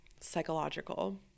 psychological